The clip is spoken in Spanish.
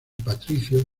patricio